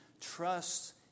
trusts